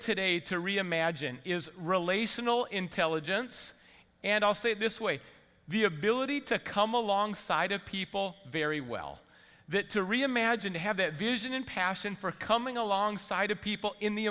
today to reimagine is relational intelligence and i'll say it this way the ability to come alongside of people very well that to reimagine to have that vision and passion for coming alongside of people in the